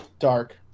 Dark